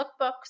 lookbooks